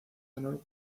honor